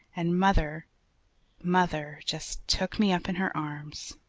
and mother mother just took me up in her arms,